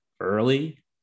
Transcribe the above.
early